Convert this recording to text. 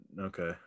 Okay